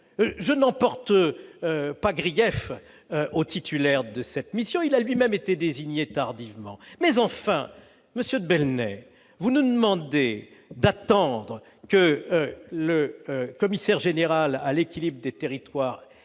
Je n'en porte pas grief au titulaire de cette mission ; il a lui-même été désigné tardivement. Mais enfin, monsieur de Belenet, vous nous demandez d'attendre que le commissaire général à l'égalité des territoires ait